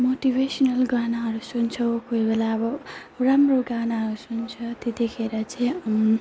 motivational गानाहरू सुन्छु कोही बेला अब राम्रो गाना सुन्छु त्यतिखेर चाहिँ